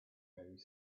very